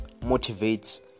motivates